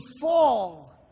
fall